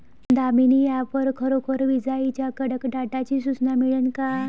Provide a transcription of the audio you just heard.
Damini app वर खरोखर विजाइच्या कडकडाटाची सूचना मिळन का?